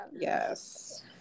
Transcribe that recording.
Yes